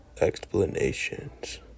explanations